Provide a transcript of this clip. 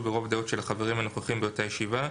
ברוב דעות של החברים הנוכחים באותה ישיבה,